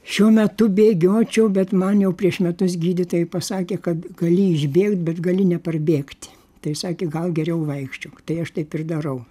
šiuo metu bėgiočiau bet man jau prieš metus gydytojai pasakė kad gali išbėgt bet gali neparbėgt tai sakė gal geriau vaikščiok tai aš taip ir darau